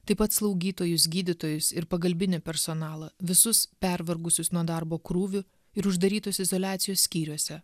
taip pat slaugytojus gydytojus ir pagalbinį personalą visus pervargusius nuo darbo krūvių ir uždarytus izoliacijos skyriuose